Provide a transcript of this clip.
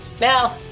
Now